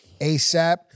ASAP